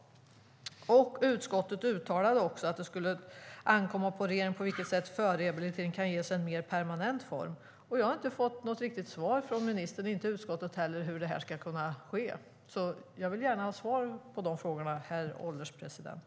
Utskottet uttalade att det skulle ankomma på regeringen att avgöra på vilket sätt förrehabilitering kan ges en mer permanent form. Jag har inte fått något riktigt svar från ministern, inte utskottet heller, om hur detta ska kunna ske. Jag vill gärna ha svar på de frågorna, herr ålderspresident.